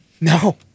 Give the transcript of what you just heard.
No